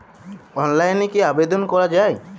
অনলাইনে কি আবেদন করা য়ায়?